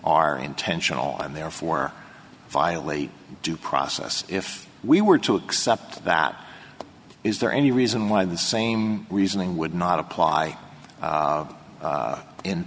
are intentional and therefore violate due process if we were to accept that is there any reason why the same reasoning would not apply